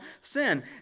sin